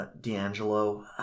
D'Angelo